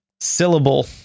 Syllable